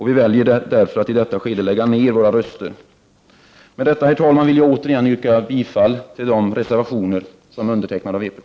Vi väljer därför att i detta skede lägga ned våra röster. Med detta, herr talman, vill jag återigen yrka bifall till de reservationer som har undertecknats av vpk.